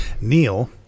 Neil